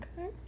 okay